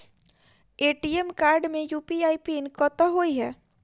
ATM card मे UPI PIN कतह होइ है?